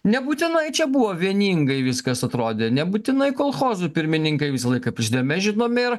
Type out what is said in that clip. nebūtinai čia buvo vieningai viskas atrodė nebūtinai kolchozų pirmininkai visą laiką mes žinome ir